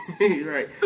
Right